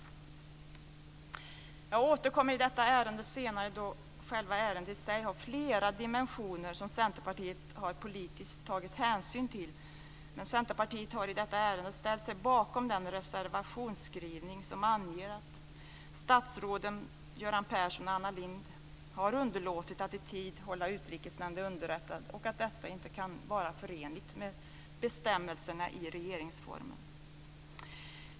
Jag återkommer i detta ärende senare då ärendet i sig har flera dimensioner som Centerpartiet politiskt har tagit hänsyn till. Centerpartiet har i detta ärende ställt sig bakom den reservationsskrivning som anger att statsråden Göran Persson och Anna Lindh har underlåtit att i tid hålla Utrikesnämnden underrättad och att detta inte kan vara förenligt med bestämmelserna i regeringsformen.